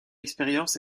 expérience